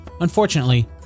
Unfortunately